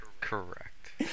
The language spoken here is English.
Correct